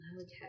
Okay